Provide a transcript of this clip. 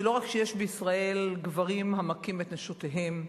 שלא רק שיש בישראל גברים המכים את נשותיהם,